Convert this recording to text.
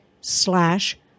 slash